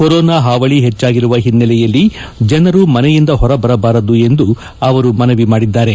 corona ಹಾವಳಿ ಹೆಚ್ಚಾಗಿರುವ ಹಿನ್ನೆಲೆಯಲ್ಲಿ ಜನರು ಮನೆಯಿಂದ ಹೊರಬರಬಾರದು ಎಂದು ಅವರು ಮನವಿ ಮಾಡಿದ್ದಾರೆ